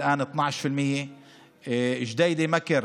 עכשיו 12%; ג'דיידה-מכר,